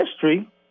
history